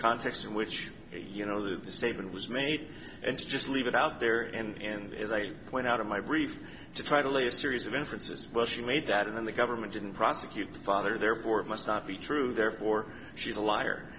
context in which you know the statement was made and just leave it out there and as i point out of my brief to try to lay a series of inference this was she made that and then the government didn't prosecute the father therefore it must not be true therefore she's a liar